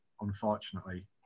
unfortunately